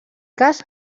cas